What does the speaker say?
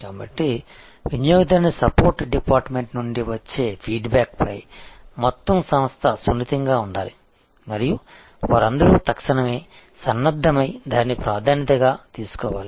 కాబట్టి వినియోగదారుని support department నుండి వచ్చే ఫీడ్బ్యాక్పై మొత్తం సంస్థ సున్నితంగా ఉండాలి మరియు వారందరూ తక్షణమే సన్నద్ధమై దానిని ప్రాధాన్యతగా తీసుకోవాలి